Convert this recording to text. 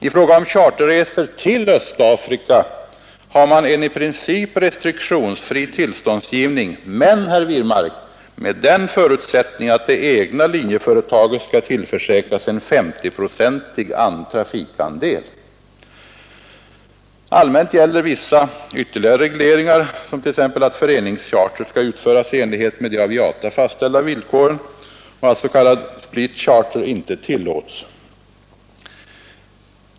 I fråga om charterresor till Östafrika har man en i princip restriktionsfri tillståndsgivning men, herr Wirmark, med den förutsättningen att det egna linjeföretaget skall tillförsäkras en S0-procentig trafikandel. Allmänt gäller vissa ytterligare regleringar, som t.ex. att föreningscharter skall utföras i enlighet med de av IATA fastställda villkoren och s.k. split charter inte tillåts.